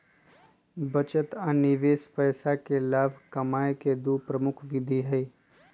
बचत आ निवेश पैसा से लाभ कमाय केँ दु प्रमुख विधि हइ